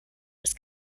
was